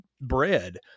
bread